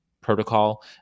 protocol